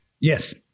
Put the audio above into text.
Yes